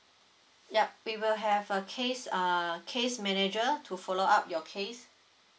yup we will have a case err case manager to follow up your case